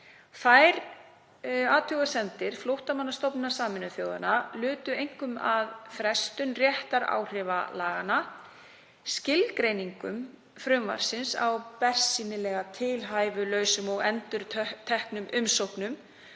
Þær athugasemdir Flóttamannastofnunar Sameinuðu þjóðanna lutu einkum að frestun réttaráhrifa laganna, skilgreiningum frumvarpsins á bersýnilega tilhæfulausum og endurteknum umsóknum